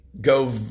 go